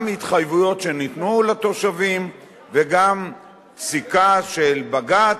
גם התחייבויות שניתנו לתושבים וגם פסיקה של בג"ץ,